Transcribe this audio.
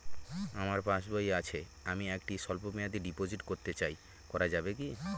আমার পাসবই আছে আমি একটি স্বল্পমেয়াদি ডিপোজিট করতে চাই করা যাবে কি?